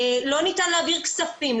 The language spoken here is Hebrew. לא ניתן להעביר כספים,